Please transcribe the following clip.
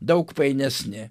daug painesni